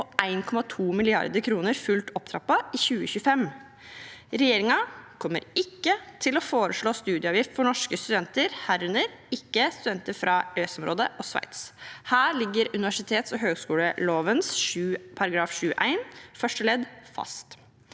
og 1,2 mrd. kr fullt opptrappet i 2025. Regjeringen kommer ikke til å foreslå studieavgift for norske studenter, herunder ikke studenter fra EØS-området og Sveits. Her ligger universitets- og høyskoleloven § 7-1 første ledd fast.